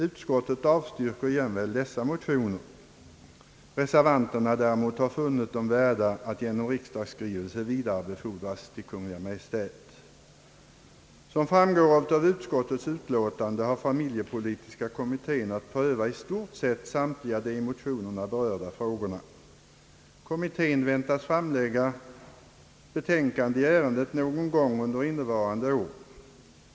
Utskottet avstyrker jämväl dessa motioner. Reservanterna däremot har funnit dem värda att genom riksdagsskrivelse vidarebefordras till Kungl. Maj:t. Såsom framgår av utskottets utlåtande har familjepolitiska kommittén att pröva i stort sett samtliga de i motionerna berörda frågorna. Kommittén väntas framlägga betänkande i ärendet någon gång under innevarande år.